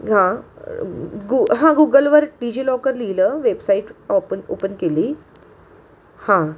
हां गु हां गुगलवर डिजिलॉकर लिहिलं वेबसाईट ऑपन ओपन केली हां